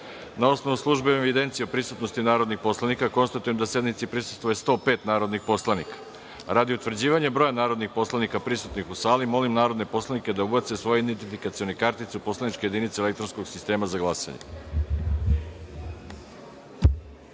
osnovu službene evidencije o prisutnosti narodnih poslanika konstatujem da sednici prisustvuje 105 narodnih poslanika. Radi utvrđivanja broja narodnih poslanika prisutnih u sali, molim narodne poslanike da ubace svoje identifikacione kartice u poslaničke jedinice elektronskog sistema za